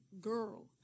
girl